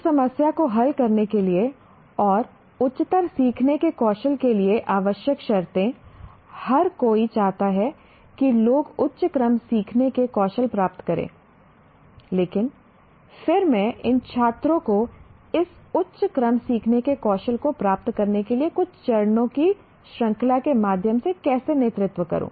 एक समस्या को हल करने के लिए और उच्चतर सीखने के कौशल के लिए आवश्यक शर्तें हर कोई चाहता है कि लोग उच्च क्रम सीखने के कौशल प्राप्त करें लेकिन फिर मैं इन छात्रों को इस उच्च क्रम सीखने के कौशल को प्राप्त करने के लिए कुछ चरणों की श्रृंखला के माध्यम से कैसे नेतृत्व करूं